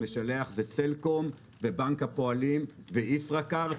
המשלח זה סלקום ובנק הפועלים וישראכרט,